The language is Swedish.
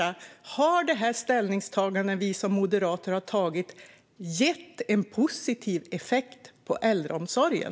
Man kanske kan fråga sig: Har det här ställningstagandet som vi i Moderaterna har gjort gett en positiv effekt på äldreomsorgen?